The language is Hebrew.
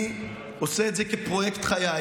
אני עושה את זה כפרויקט חיי.